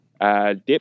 dip